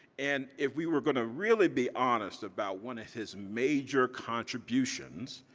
and if we were going to really be honest about one of his major contributions,